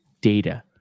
Data